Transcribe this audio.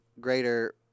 greater